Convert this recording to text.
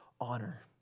honor